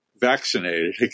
vaccinated